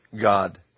God